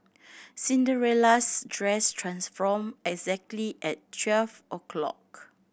Cinderella's dress transformed exactly at twelve o'clock